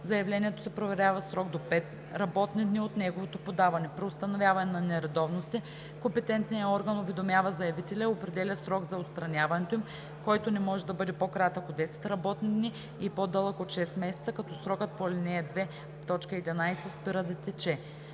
Заявлението се проверява в срок до 5 работни дни от неговото подаване. При установяване на нередовности, компетентният орган уведомява заявителя и определя срок за отстраняването им, който не може да бъде по-кратък от 10 работни дни и по дълъг от 6 месеца, като срокът по ал. 2, т. 11 спира да тече.